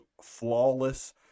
flawless